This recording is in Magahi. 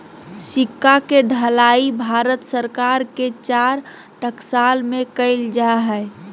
सिक्का के ढलाई भारत सरकार के चार टकसाल में कइल जा हइ